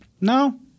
No